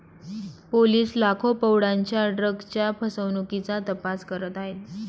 police लाखो पौंडांच्या ड्रग्जच्या फसवणुकीचा तपास करत आहेत